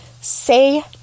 say